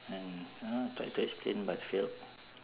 and you know tried to explain but failed